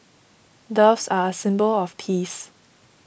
doves are a symbol of peace